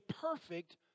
perfect